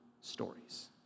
stories